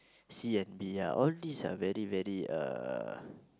C_N_B ah all these are very very uh